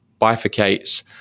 bifurcates